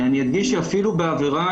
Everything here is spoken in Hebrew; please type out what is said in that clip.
אני אדגיש שאפילו בעבירות